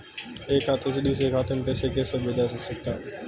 एक खाते से दूसरे खाते में पैसा कैसे भेजा जा सकता है?